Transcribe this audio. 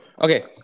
Okay